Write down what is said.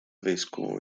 vescovo